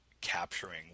capturing